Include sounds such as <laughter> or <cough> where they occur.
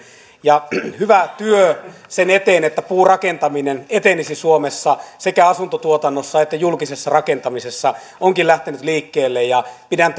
ja hyvä työ sen eteen että puurakentaminen etenisi suomessa sekä asuntotuotannossa että julkisessa rakentamisessa onkin lähtenyt liikkeelle pidän <unintelligible>